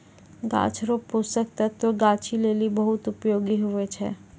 गाछ रो पोषक तत्व गाछी लेली बहुत उपयोगी हुवै छै